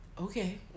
okay